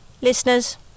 Listeners